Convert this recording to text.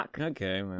okay